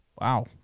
Wow